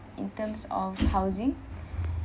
in terms of housing